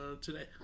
today